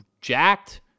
jacked